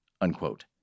unquote